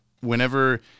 whenever